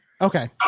Okay